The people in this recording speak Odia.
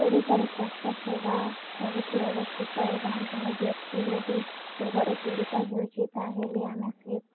ଓଡ଼ିଶାରେ ସ୍ୱାସ୍ଥ୍ୟ ସେବା ସବୁଠି ଅବସ୍ଥିତ ଏବଂ ଜଣେ ବ୍ୟକ୍ତି ଯଦି ରୋଗରେ ପୀଡ଼ିତ ହେଉଛି ତାହେଲେ ଆମେ ସେ